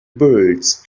birds